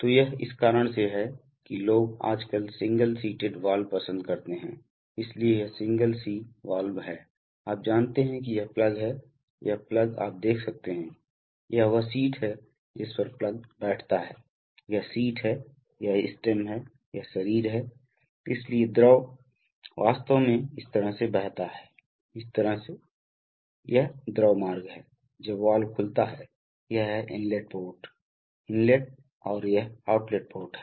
तो यह इस कारण से है कि लोग आजकल सिंगल सीटेड वाल्व पसंद करते हैं इसलिए यह सिंगल सीड वाल्व है आप जानते हैं कि यह प्लग है यह प्लग आप देख सकते हैं यह वह सीट है जिस पर प्लग बैठता है यह सीट है यह स्टेम है यह शरीर है इसलिए द्रव वास्तव में इस तरह से बहता है इस तरह से यह द्रव मार्ग है जब वाल्व खुलता है यह है इनलेट पोर्ट इनलेट और यह आउटलेट पोर्ट है